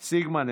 סילמן,